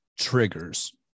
triggers